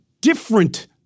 different